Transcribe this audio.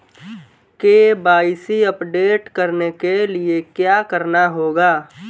KYC update करने के लिए क्या करना होगा?